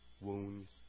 wounds